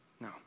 No